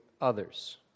others